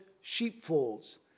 sheepfolds